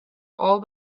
all